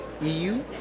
EU